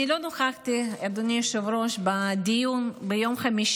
אני לא נכחתי בדיון בוועדת הבריאות שניהלת ביום חמישי,